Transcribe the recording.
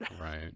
Right